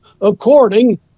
according